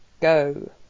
Go